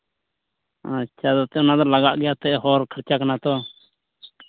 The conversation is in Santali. ᱟᱪᱪᱷᱟ ᱚᱱᱟᱫᱚ ᱮᱱᱛᱮᱫ ᱞᱟᱜᱟ ᱜᱮᱭᱟ ᱚᱱᱟ ᱫᱚ ᱦᱚᱨ ᱠᱷᱚᱨᱪᱟ ᱠᱟᱱᱟ ᱛᱚ